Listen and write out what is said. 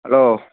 hello